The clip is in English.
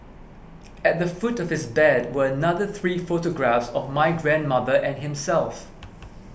at the foot of his bed were another three photographs of my grandmother and himself